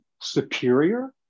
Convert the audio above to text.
superior